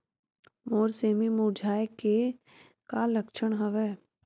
मोर सेमी मुरझाये के का लक्षण हवय?